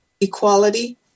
equality